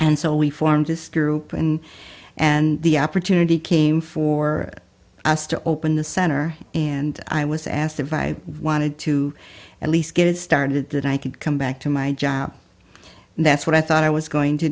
and so we formed just group in and the opportunity came for us to open the center and i was asked if i wanted to at least get started that i could come back to my job that's what i thought i was going to